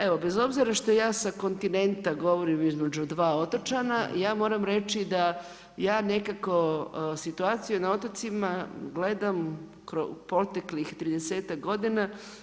Evo bez obzira što ja sa kontinenta govorim između dva otočana, ja moram reći da ja nekako situaciju na otocima gledam u proteklih tridesetak godina.